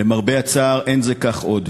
למרבה הצער, אין זה כך עוד.